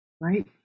right